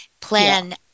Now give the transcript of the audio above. plan